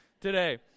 today